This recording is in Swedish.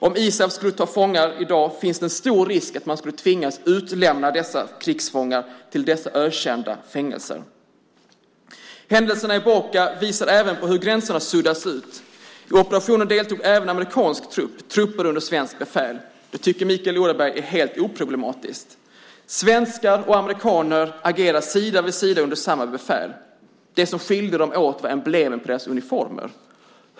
Om ISAF skulle ta fångar i dag finns det en stor risk att man tvingas utlämna dem till dessa ökända fängelser. Händelserna i Boka visar även hur gränserna suddas ut. I operationen deltog även amerikanska trupper, trupper under svenskt befäl. Mikael Odenberg tycker att det är helt oproblematiskt. Svenskar och amerikaner agerade sida vid sida under samma befäl. Det som skilde dem åt var emblemen på deras uniformer.